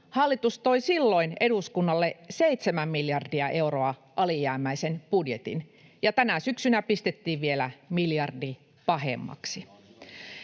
hallitus toi silloin eduskunnalle seitsemän miljardia euroa alijäämäisen budjetin ja tänä syksynä pistettiin vielä miljardi pahemmaksi.